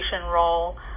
role